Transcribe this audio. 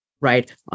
right